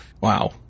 Wow